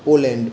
Poland